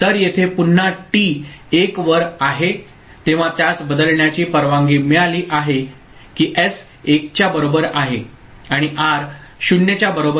तर येथे पुन्हा टी 1 वर आहे तेव्हा त्यास बदलण्याची परवानगी मिळाली आहे की एस 1 च्या बरोबर आहे आणि आर 0 च्या बरोबर आहे